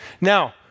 Now